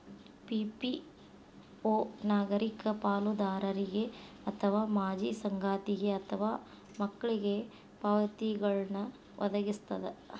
PPO ನಾಗರಿಕ ಪಾಲುದಾರರಿಗೆ ಅಥವಾ ಮಾಜಿ ಸಂಗಾತಿಗೆ ಅಥವಾ ಮಕ್ಳಿಗೆ ಪಾವತಿಗಳ್ನ್ ವದಗಿಸ್ತದ